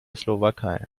slowakei